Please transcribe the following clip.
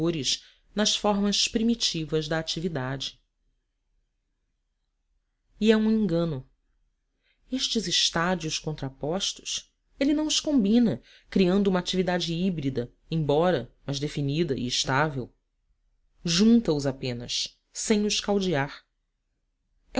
superiores nas formas primitivas da atividade e é um engano estes estádios contrapostos ele não os combina criando uma atividade híbrida embora mas definida e estável junta os apenas sem os caldear